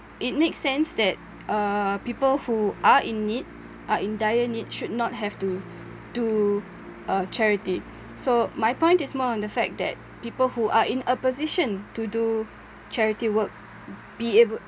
it make sense that uh people who are in need are in dire need should not have to do uh charity so my point is more on the fact that people who are in a position to do charity work be able